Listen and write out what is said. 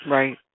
Right